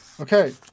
Okay